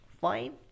Fine